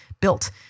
built